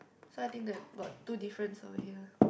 so I think that got two difference over here